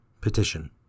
Petition